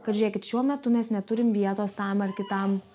kad žiūrėkit šiuo metu mes neturim vietos tam ar kitam